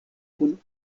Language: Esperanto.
kun